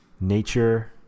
Nature